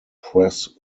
press